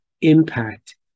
impact